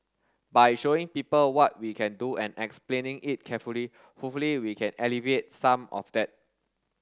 by showing people what we can do and explaining it carefully hopefully we can alleviate some of that